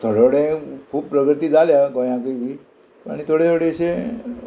थोडे थोडे खूब प्रगती जाल्या गोंयाकूय बी आनी थोडे थोडे अशे